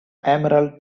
emerald